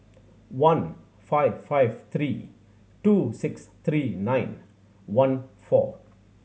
one five five three two six three nine one four